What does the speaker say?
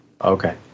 Okay